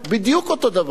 בדיוק אותו הדבר,